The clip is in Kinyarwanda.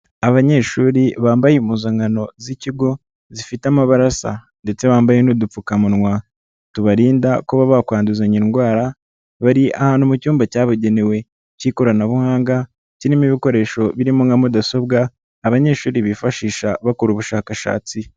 Abanyeshuri bambaye impuzankano z'ikigo zifite amabara asa ndetse bambaye n'udupfukamunwa, tubarinda kuba bakwanduzanya indwara, bari ahantu mu cyumba cyabugenewe cy'ikoranabuhanga, kirimo ibikoresho nka mudasobwa abanyeshuri bifashisha bakora ubushakashatsi.